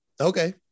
Okay